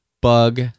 bug